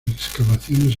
excavaciones